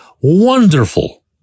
wonderful